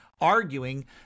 arguing